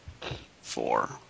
four